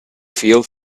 feel